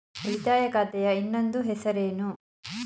ಉಳಿತಾಯ ಖಾತೆಯ ಇನ್ನೊಂದು ಹೆಸರೇನು?